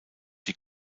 die